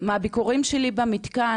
מהביקורים שלי במתקן,